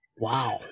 Wow